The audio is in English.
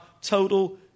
total